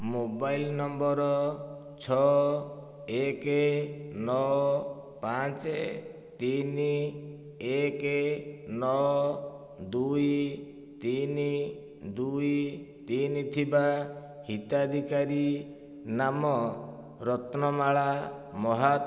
mobile number ଛଅ ଏକ ନଅ ପାଞ୍ଚ ତିନି ଏକ ନଅ ଦୁଇ ତିନି ଦୁଇ ତିନି ଥିବା ହିତାଧିକାରୀ ନାମ ରତ୍ନମାଳା ମହାତ୍